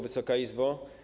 Wysoka Izbo!